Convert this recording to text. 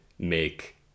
Make